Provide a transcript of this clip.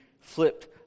flipped